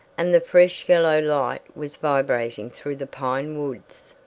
and the fresh yellow light was vibrating through the pine woods.